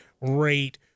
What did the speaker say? rate